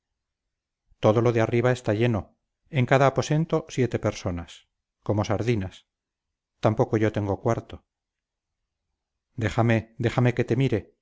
todo lo de arriba está lleno en cada aposento siete personas como sardinas tampoco yo tengo cuarto déjame déjame que te mire